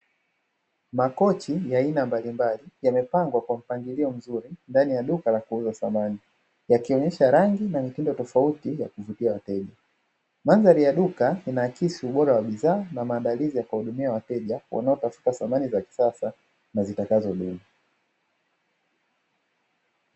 Makochi ya aina mbalimbali yamepangwa kwa mpangilio mzuri ndani ya duka la kuuza samani, yakionesha rangi na mitindo tifauti ya kuvutia wateja. Mandhari ya duka ina akisi uboea wa bidhaa na maandalizi ya kuwahudumia wateja, wanaotafuta samani za kisasa na zitakazo dumu.